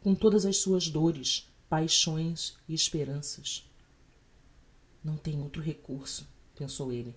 com todas as suas dores paixões e esperanças não tenho outro recurso pensou elle